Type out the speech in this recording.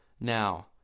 Now